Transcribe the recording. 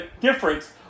difference